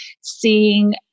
seeing